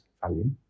value